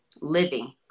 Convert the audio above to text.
living